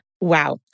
Wow